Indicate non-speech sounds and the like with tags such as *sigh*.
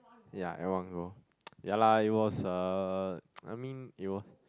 ya at one go *noise* ya lah it was uh *noise* I mean it was